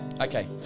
okay